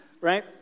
right